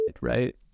right